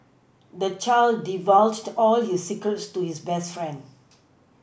the child divulged all his secrets to his best friend